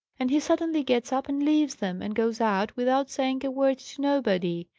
and he suddenly gets up and leaves them, and goes out, without saying a word to nobody.